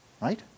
right